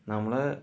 നമ്മൾ